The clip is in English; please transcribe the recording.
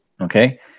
Okay